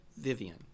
Vivian